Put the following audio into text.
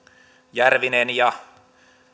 järvinen ja